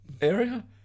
area